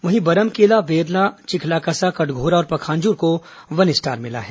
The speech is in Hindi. वहीं बरमकेला बेरला चिखलाकसा कटघोरा और पंखाजुर को वन स्टर मिला है